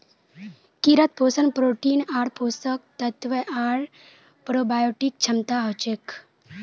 कीड़ात पोषण प्रोटीन आर पोषक तत्व आर प्रोबायोटिक क्षमता हछेक